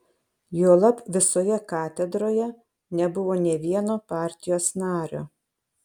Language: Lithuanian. juolab visoje katedroje nebuvo nė vieno partijos nario